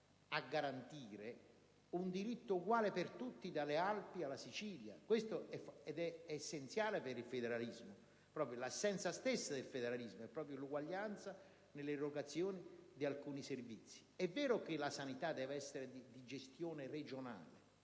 a garantire un diritto uguale per tutti dalle Alpi alla Sicilia. Questo è essenziale per il federalismo. L'essenza stessa del federalismo è proprio l'uguaglianza nell'erogazione di alcuni servizi. È vero che la sanità deve essere di gestione regionale: